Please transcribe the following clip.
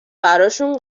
براشون